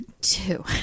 Two